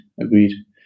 agreed